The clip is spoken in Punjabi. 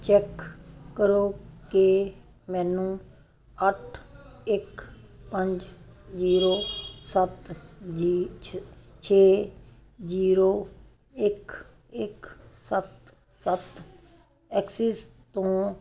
ਚੈੱਕ ਕਰੋ ਕਿ ਮੈਨੂੰ ਅੱਠ ਇੱਕ ਪੰਜ ਜੀਰੋ ਸੱਤ ਜੀ ਛ ਛੇ ਜੀਰੋ ਇੱਕ ਇੱਕ ਸੱਤ ਸੱਤ ਐਕਸਿਸ ਤੋਂ